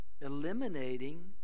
eliminating